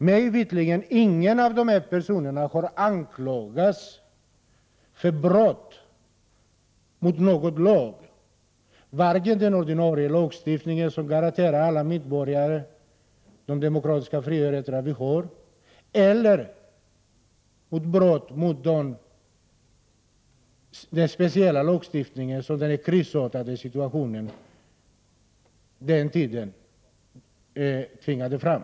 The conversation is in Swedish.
Mig veterligt har inte någon av dessa personer anklagats för brott mot den ordinarie lagstiftningen som garanterar varje medborgare de demokratiska frioch rättigheterna. De har heller inte anklagats för brott mot den speciella lagstiftning som den krisartade situationen vid den tiden tvingade fram.